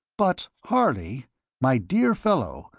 but, harley my dear fellow,